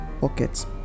pockets